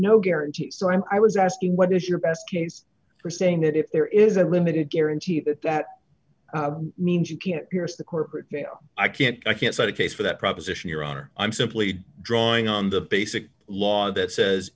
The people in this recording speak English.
no guarantees so i was asking what is your best case for saying that if there is a limited guarantee that that means you can't pierce the corporate veil i can't i can't cite a case for that proposition your honor i'm simply drawing on the basic law that says